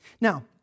Now